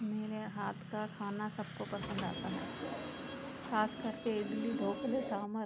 मेरे हाथ का खाना सबको पसंद आता है खासकर के इडली ढोकले सांभर